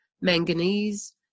manganese